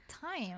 time